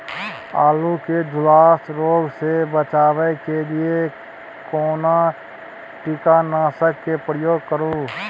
आलू के झुलसा रोग से बचाबै के लिए केना कीटनासक के प्रयोग करू